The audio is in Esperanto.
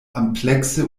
amplekse